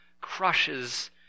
crushes